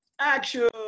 action